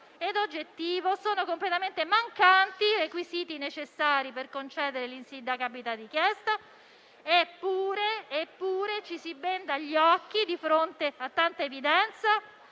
e oggettivo sono completamente mancanti i requisiti necessari per concedere l'insindacabilità richiesta. Eppure, ci si benda gli occhi di fronte a tanta evidenza